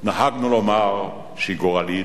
נהגנו לומר שהיא גורלית,